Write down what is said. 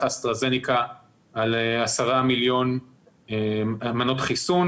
אסטרהזניקה על 10 מיליון מנות חיסון,